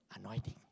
anointing